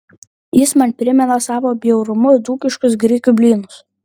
jis man primena savo bjaurumu dzūkiškus grikių blynus